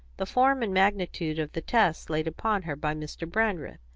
the form and magnitude of the task laid upon her by mr. brandreth,